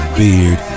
beard